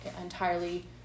entirely